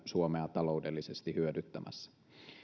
suomea myöskään taloudellisesti hyödyttämässä